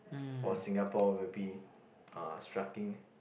for Singapore will be uh striking